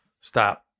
stop